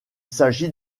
s’agit